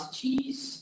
cheese